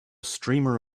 streamer